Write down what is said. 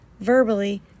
verbally